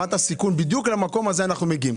רמת הסיכון, בדיוק למקום הזה אנחנו מגיעים.